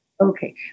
Okay